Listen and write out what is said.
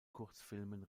kurzfilmen